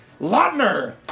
Lautner